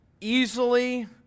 easily